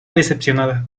decepcionada